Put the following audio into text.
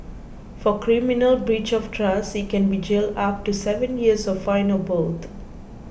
for criminal breach of trust he can be jailed up to seven years or fined or both